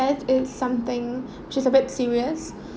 ~ebt that is something which is a bit serious